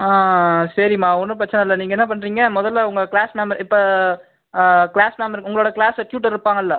ஆ சரிம்மா ஒன்றும் பிரச்சனை இல்லை நீங்கள் என்ன பண்ணுறீங்க முதல்ல உங்கள் கிளாஸ் மேம் இப்போ கிளாஸ் மேம் உங்களோட கிளாஸ்ல டியூட்டர் இருப்பாங்கல்ல